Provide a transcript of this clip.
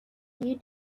you